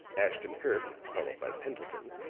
ashton-kirk, followed by pendleton,